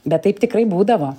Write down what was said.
bet taip tikrai būdavo